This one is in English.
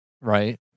Right